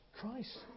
Christ